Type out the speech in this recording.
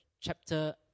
chapter